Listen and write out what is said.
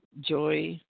joy